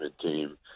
team